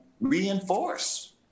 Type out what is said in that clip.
reinforce